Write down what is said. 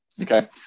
Okay